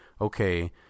okay